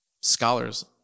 scholars